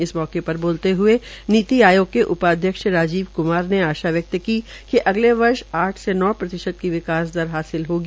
इस मौके पर बोलते हुए नीति आयोग के उपाध्यक्ष राजीव क्मार ने आशा व्यक्त की है कि अगले वर्ष आठ से नौ प्रतिशत की विकास दर हासिल होगी